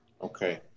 Okay